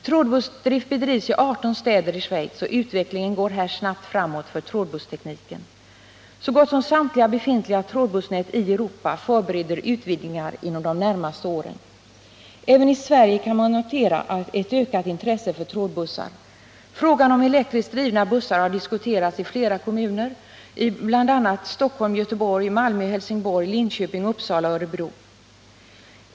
Trådbussdrift finns i 18 städer i Schweiz, och utvecklingen går där snabbt framåt för trådbusstekniken. Så gott som samtliga befintliga trådbussnät i Europa förbereder utvidgningar inom de närmaste åren. Även i Sverige kan man notera ett ökat intresse för trådbussar. Frågan om elektriskt drivna bussar har diskuterats i flera kommuner, bl.a. Stockholm, Göteborg, Malmö, Helsingborg, Linköping, Uppsala och Örebro.